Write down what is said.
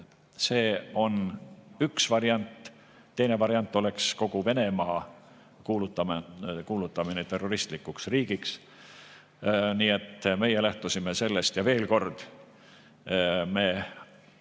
See on üks variant. Teine variant oleks kogu Venemaa kuulutamine terroristlikuks riigiks. Nii et meie lähtusime sellest. Ja veel kord: me